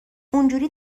اونجوری